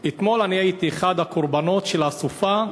אתמול אני הייתי אחד הקורבנות של הסופה,